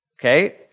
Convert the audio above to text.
okay